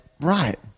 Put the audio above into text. right